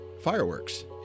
fireworks